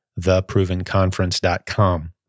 theprovenconference.com